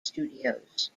studios